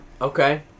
okay